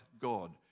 God